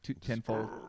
Tenfold